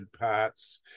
parts